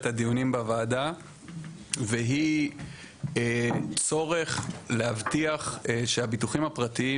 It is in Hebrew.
הדיונים בוועדה והיא צורך להבטיח שהביטוחים הפרטיים